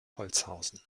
holzhausen